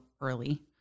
early